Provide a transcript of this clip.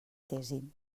tesi